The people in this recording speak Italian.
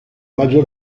maggior